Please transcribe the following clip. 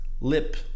lip